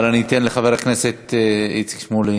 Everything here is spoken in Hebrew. אבל אתן לחבר הכנסת איציק שמולי